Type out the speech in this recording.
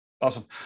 awesome